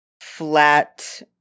flat